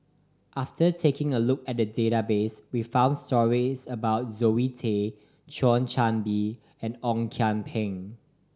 after taking a look at the database we found stories about Zoe Tay Thio Chan Bee and Ong Kian Peng